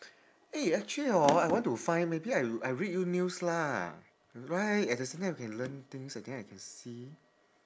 eh actually hor I want to find maybe I I read you news lah right at the same time we can learn things uh then I can see